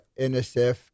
NSF